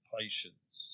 patience